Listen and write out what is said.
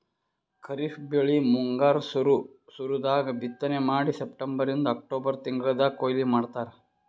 ಖರೀಫ್ ಬೆಳಿ ಮುಂಗಾರ್ ಸುರು ಸುರು ದಾಗ್ ಬಿತ್ತನೆ ಮಾಡಿ ಸೆಪ್ಟೆಂಬರಿಂದ್ ಅಕ್ಟೋಬರ್ ತಿಂಗಳ್ದಾಗ್ ಕೊಯ್ಲಿ ಮಾಡ್ತಾರ್